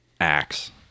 axe